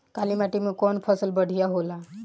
काली माटी मै कवन फसल बढ़िया होला?